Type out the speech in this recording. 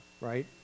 right